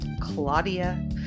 Claudia